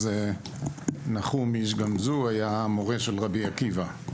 אז נחום איש גמזו היה המורה של רבי עקיבא,